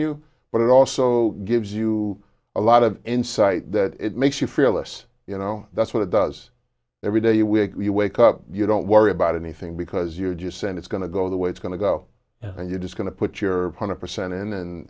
you but it also gives you a lot of insight that it makes you feel less you know that's what it does every day when you wake up you don't worry about anything because you're just saying it's going to go the way it's going to go and you're just going to put your hundred percent in